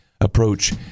approach